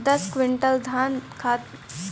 दस क्विंटल धान उतारे खातिर कितना मजदूरी लगे ला?